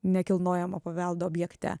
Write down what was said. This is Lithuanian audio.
nekilnojamo paveldo objekte